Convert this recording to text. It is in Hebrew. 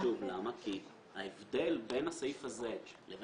המשפט הבא הוא חשוב כי ההבדל בין הסעיף הזה לבין